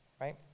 right